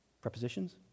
prepositions